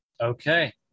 Okay